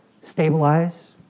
Stabilize